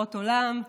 לראות עולם,